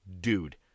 Dude